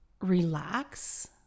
relax